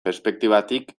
perspektibatik